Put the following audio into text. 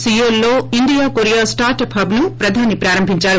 సీయోల్లో India Korea startup హబ్ను ప్రధాని ప్రారంభించారు